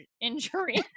injury